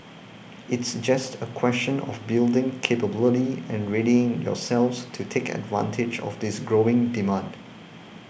it's just a question of building capability and readying yourselves to take advantage of this growing demand